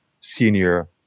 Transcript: senior